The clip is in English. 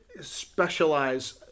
specialize